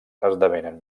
esdevenen